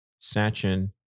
Sachin